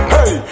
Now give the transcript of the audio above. Hey